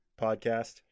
podcast